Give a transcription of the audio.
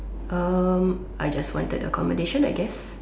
um I just wanted accommodation I guess